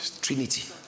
Trinity